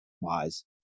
wise